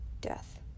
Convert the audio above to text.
death